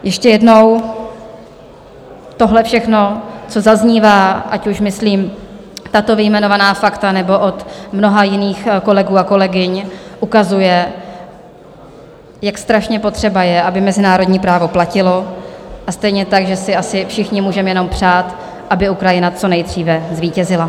Ještě jednou tohle všechno, co zaznívá, ať už myslím tato vyjmenovaná fakta, nebo od mnoha jiných kolegů a kolegyň, ukazuje, jak strašně potřeba je, aby mezinárodní právo platilo, a stejně tak, že si asi všichni můžeme jenom přát, aby Ukrajina co nejdříve zvítězila.